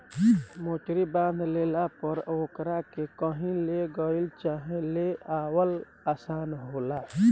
मोटरी बांध लेला पर ओकरा के कही ले गईल चाहे ले आवल आसान होला